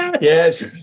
Yes